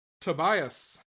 tobias